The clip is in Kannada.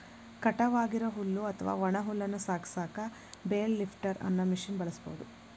ಕಟಾವ್ ಆಗಿರೋ ಹುಲ್ಲು ಅತ್ವಾ ಒಣ ಹುಲ್ಲನ್ನ ಸಾಗಸಾಕ ಬೇಲ್ ಲಿಫ್ಟರ್ ಅನ್ನೋ ಮಷೇನ್ ಬಳಸ್ಬಹುದು